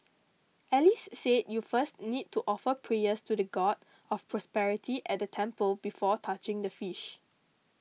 Alice said you first need to offer prayers to the God of Prosperity at the temple before touching the fish